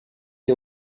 est